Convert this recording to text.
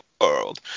world